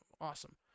awesome